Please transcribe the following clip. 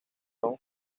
son